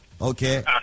okay